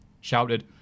shouted